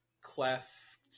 clef